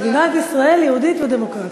מדינת ישראל יהודית ודמוקרטית.